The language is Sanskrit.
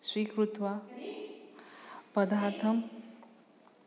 स्वीकृत्य पदार्थं